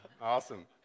Awesome